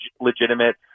legitimate